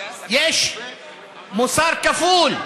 יש מוסר כפול.